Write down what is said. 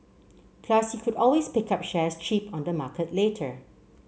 plus he could always pick up shares cheap on the market later